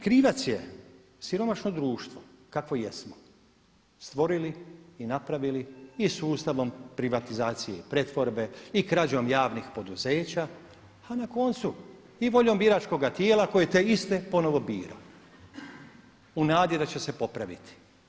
Krivac je siromašno društvo kakvo jesmo stvorili i napravili i sustavom privatizacije i pretvorbe, i krađom javnih poduzeća a na koncu i voljom biračkoga tijela koje te iste ponovno bira u nadi da će se popraviti.